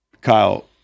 Kyle